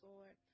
Lord